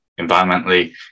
environmentally